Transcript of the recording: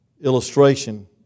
illustration